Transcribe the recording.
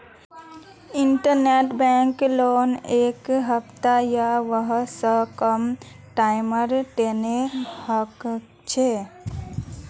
interbank loan एक हफ्ता या वहा स कम टाइमेर तने हछेक